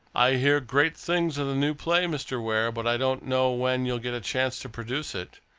i hear great things of the new play, mr. ware, but i don't know when you'll get a chance to produce it.